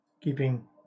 Keeping